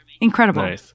Incredible